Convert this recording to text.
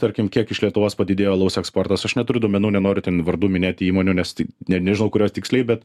tarkim kiek iš lietuvos padidėjo alaus eksportas aš neturiu duomenų nenoriu ten vardų minėti įmonių nes tai ne nežinau kurios tiksliai bet